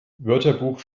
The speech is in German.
wörterbuch